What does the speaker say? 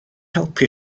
helpu